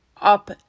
up